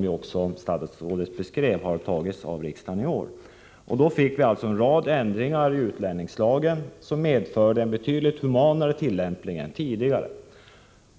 riksdagen, som statsrådet nämnde, antog i juni i år. Detta innebar en rad ändringar i utlänningslagen som medförde en betydligt humanare tillämpning än tidigare.